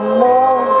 more